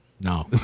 No